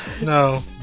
No